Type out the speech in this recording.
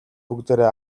бүгдээрээ